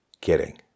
kidding